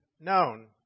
known